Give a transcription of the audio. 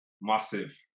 massive